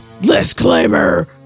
Disclaimer